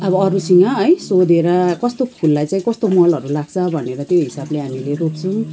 अब अरूसँग है सोधेर कस्तो फुलहरू चाहिँ कस्तो मलहरू लाग्छ भनेर त्यो हिसाबले हामीले रोप्छौँ